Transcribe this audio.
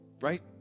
right